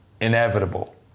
inevitable